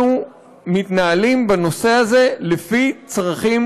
אנחנו מתנהלים בנושא הזה לפי צרכים